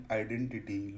identity